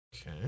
Okay